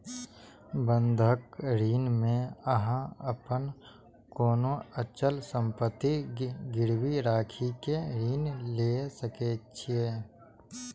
बंधक ऋण मे अहां अपन कोनो अचल संपत्ति गिरवी राखि कें ऋण लए सकै छी